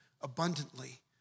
abundantly